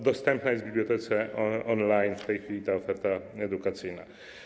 Dostępna jest w bibliotece on-line w tej chwili ta oferta edukacyjna.